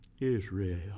Israel